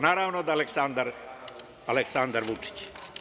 Naravno da je Aleksandar Vučić.